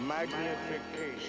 Magnification